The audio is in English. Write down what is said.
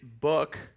book